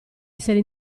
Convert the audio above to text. essere